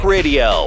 Radio